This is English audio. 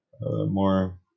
more